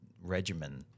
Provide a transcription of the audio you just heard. regimen